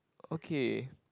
okay